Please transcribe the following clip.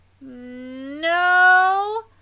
No